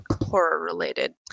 horror-related